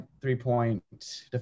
three-point